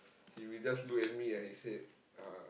he will just look at me and he said uh